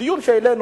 דיון שהעלינו